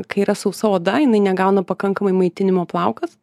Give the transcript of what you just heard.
kai yra sausa oda jinai negauna pakankamai maitinimo plaukas